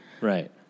right